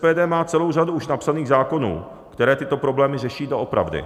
SPD má celou řadu už napsaných zákonů, které tyto problémy řeší doopravdy.